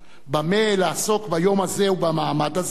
במה לעסוק ביום הזה ובמעמד הזה,